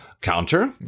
counter